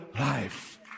life